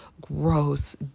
gross